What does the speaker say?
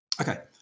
Okay